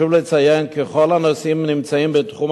חשוב לציין כי כל הנושאים נמצאים בתחום